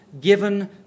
given